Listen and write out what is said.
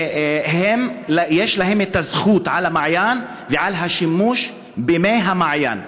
שיש להם זכות על המעיין ועל השימוש במי המעיין.